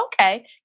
okay